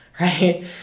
right